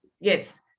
yes